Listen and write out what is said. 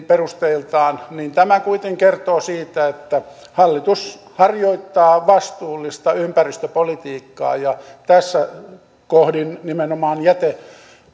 perusteiltaan fiskaalinen kuitenkin kertoo siitä että hallitus harjoittaa vastuullista ympäristöpolitiikkaa ja tässä kohdin nimenomaan